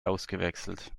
ausgewechselt